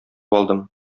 алдым